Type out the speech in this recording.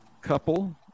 couple